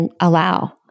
allow